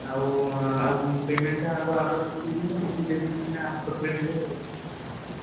ଆଉ ଆଉ ପେମେଣ୍ଟ୍ଟା କ'ଣ ଆଗୁଆ ଦେଇଦେବି ନାଁ କିଛି ଦେବି ନାଁ ପଛରେ ନେବେ